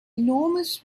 enormous